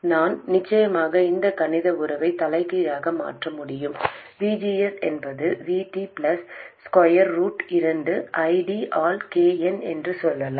நான் நிச்சயமாக இந்த கணித உறவைத் தலைகீழாக மாற்ற முடியும் V G S என்பது V T plus square root இரண்டு I D ஆல் K n என்று சொல்லலாம்